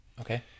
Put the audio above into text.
Okay